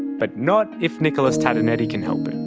but not if nicholas tatonetti can help and